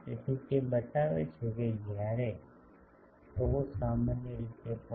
તેથી તે બતાવે છે કે જ્યાં જ્યારે tau સામાન્ય રીતે 0